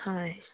হয়